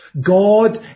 God